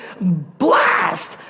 blast